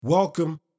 welcome